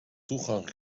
toegang